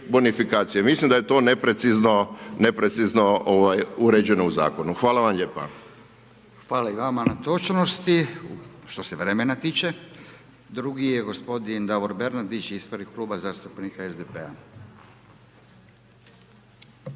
bonifikacije, mislim da je to neprecizno uređeno u Zakonu. Hvala vam lijepo. **Radin, Furio (Nezavisni)** Hvala vama na točnosti, što se vremena tiče. Drugi je gospodin Davor Bernardić, ispred kluba zastupnika SDP-a.